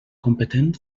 competent